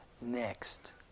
next